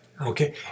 okay